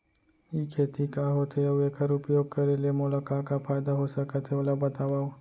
ई खेती का होथे, अऊ एखर उपयोग करे ले मोला का का फायदा हो सकत हे ओला बतावव?